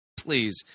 Please